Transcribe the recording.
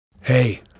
Hey